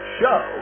show